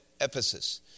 Ephesus